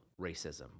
racism